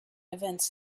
events